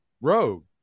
Rogue